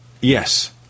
Yes